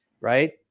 right